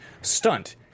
stunt